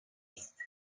است